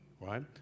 right